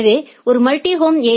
எனவே ஒரு மல்டிஹோம் ஏ